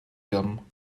film